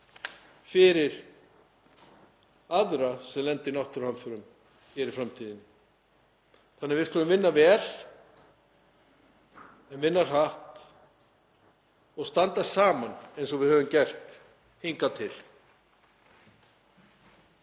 fyrir aðra sem lenda í náttúruhamförum hér í framtíðinni. Þannig að við skulum vinna vel en vinna hratt og standa saman eins og við höfum gert hingað til.